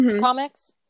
comics